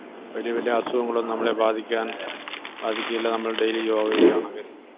വലിയ വലിയ അസുഖങ്ങളൊന്നും നമ്മളെ ബാധിക്കാന് ബാധിക്കുകയില്ല നമ്മള് ഡെയിലി യോഗ ചെയ്യുകയാണെങ്കില്